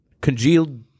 Congealed